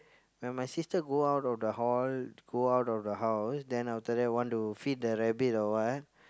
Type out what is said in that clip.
when my sister go out of the hall go out of the house then after that want to feed the rabbit or what